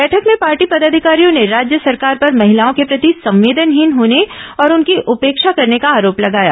बैठक में पार्टी पदाधिकारियों ने राज्य सरकार पर महिलाओं के प्रति संवेदनहीन होने और उनकी उपेक्षा करने का आरोप लगाया